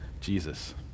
Jesus